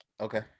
Okay